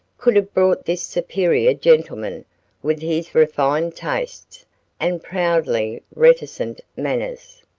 could have brought this superior gentleman with his refined tastes and proudly reticent manners,